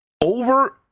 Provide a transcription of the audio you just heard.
over